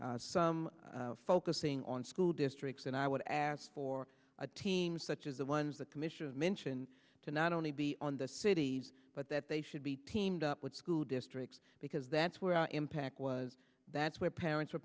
be some focusing on school districts and i would ask for a team such as the ones the commission mentioned to not only be on the cities but that they should be teamed up with school districts because that's where our impact was that's where parents were